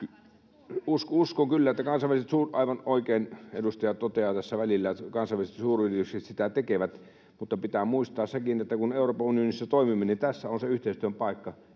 Lohikoski: Kansainväliset suuryritykset!] — Aivan oikein. Edustaja toteaa tässä välillä, että kansainväliset suuryritykset sitä tekevät, mutta pitää muistaa sekin, että kun Euroopan unionissa toimimme, niin tässä on se yhteistyön paikka,